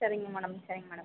சரிங்க மேடம் சரிங்க மேடம்